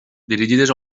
dirigides